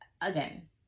again